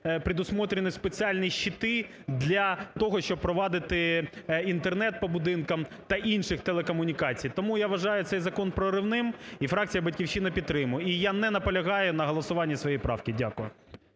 предусмотрены спеціальні щити для того, щоб провадити Інтернет по будинкам та інших телекомунікацій. Тому я вважаю цей закон проривним і фракція "Батьківщина" підтримує і я не наполягаю на голосуванні своє правки. Дякую.